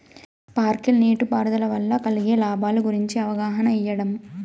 Sprinkle నీటిపారుదల వల్ల కలిగే లాభాల గురించి అవగాహన ఇయ్యడం?